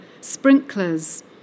sprinklers